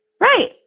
Right